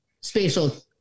spatial